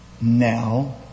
now